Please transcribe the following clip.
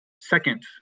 second